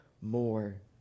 more